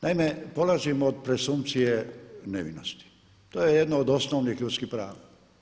Naime, polazimo od presumpcije nevinosti, to je jedna od osnovnih ljudskih prava.